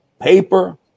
paper